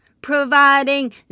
providing